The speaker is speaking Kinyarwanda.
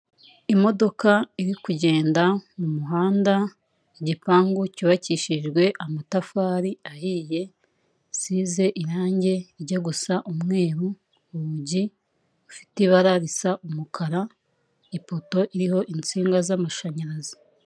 Imodoka iri kugenda mu muhanda, igipangu cyubakishijwe amatafari ahiye gisize irangi rijya gusa umweru, urugi rufite ibara risa umukara, ipoto iriho insinga z'amashanyarazi.